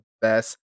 best